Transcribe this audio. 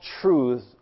truth